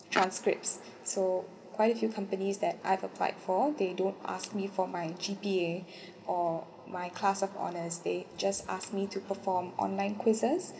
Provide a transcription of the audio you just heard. transcripts so quite a few companies that I've applied for they don't ask me for my G_P_A or my class of honours they just asked me to perform online quizzes